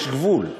יש גבול.